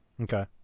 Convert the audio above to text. Okay